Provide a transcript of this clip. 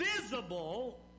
visible